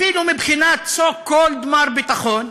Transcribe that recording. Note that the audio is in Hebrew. אפילו בבחינת so called מר ביטחון,